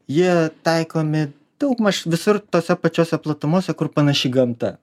jie taikomi daugmaž visur tose pačiose platumose kur panaši gamta